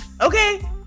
Okay